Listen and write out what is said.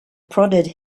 prodded